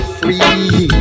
free